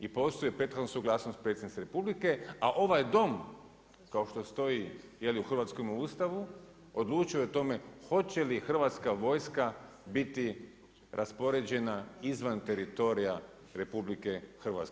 I postoji prethodna suglasnost Predsjednice Republike a ovaj Dom kao što stoji u hrvatskome Ustavu, odlučuje o tome hoće li Hrvatska vojska biti raspoređena izvan teritorija RH.